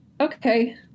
okay